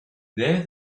there